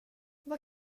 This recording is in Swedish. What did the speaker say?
vad